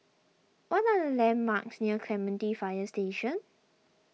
what are the landmarks near Clementi Fire Station